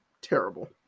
Terrible